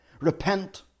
Repent